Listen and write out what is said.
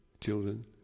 children